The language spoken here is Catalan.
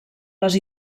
les